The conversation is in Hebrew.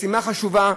משימה חשובה,